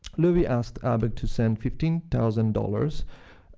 loewi asked abegg to send fifteen thousand dollars